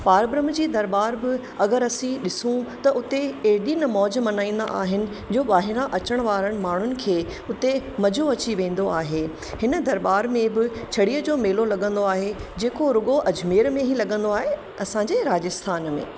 पारब्रहम जी दरबारु बि अगरि असीं ॾिसूं त उते एॾी न मौज मल्हाईंदा आहिनि जो ॿाहिरां अचण वारन माण्हुनि खे उते मज़ो अची वेंदो आहे हिन दरबार में ब छड़ीअ जो मेलो लॻंदो आहे जेको रुॻो अजमेर में ही लगंदो आहे असांजे राजस्थान में